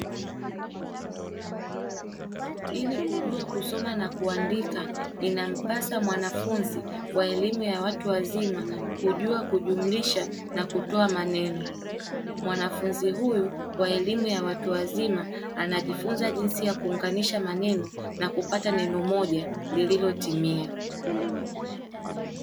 Ili kujua kusoma na kuandika inampasa mwanafunzi wa elimu ya watu wazima kujua kujumlisha na kutoa maneno. Mwanafunzi huyu wa elimu ya watu wazima anajifunza jinsi ya kuunganisha maneno na kupata neno moja lililotimia.